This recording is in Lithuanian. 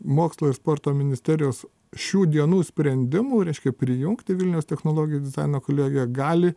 mokslo ir sporto ministerijos šių dienų sprendimų reiškia prijungti vilniaus technologijų dizaino kolegiją gali